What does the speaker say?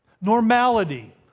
normality